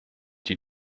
die